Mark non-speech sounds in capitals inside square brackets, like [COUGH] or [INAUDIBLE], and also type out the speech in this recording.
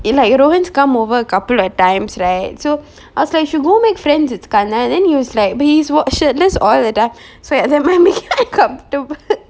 இல்ல:illa erovins come over a couple of times right so I was like should go make friend with kannan then he was like but he's what shirtless all the time so there might be [LAUGHS] uncomfortable